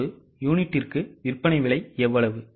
ஒரு யூனிட்டுக்கு விற்பனை விலை எவ்வளவு